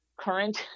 current